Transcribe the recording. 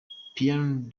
piano